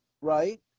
Right